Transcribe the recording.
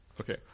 Okay